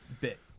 bit